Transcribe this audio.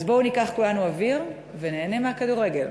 אז בואו ניקח כולנו אוויר וניהנה מהכדורגל.